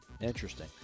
Interesting